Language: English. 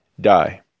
die